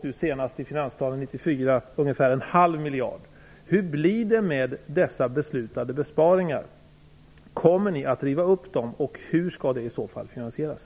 Nu senast i finansplanen 1994: ungefär en halv miljard. Kommer ni att riva upp dem? Hur skall det i så fall finansieras?